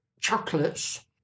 chocolates